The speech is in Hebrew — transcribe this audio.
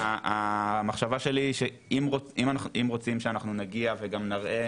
המחשבה היא שאם רוצים שאנחנו נגיע וגם נראה